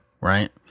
right